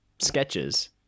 sketches